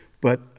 But-